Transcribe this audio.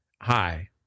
Hi